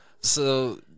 So-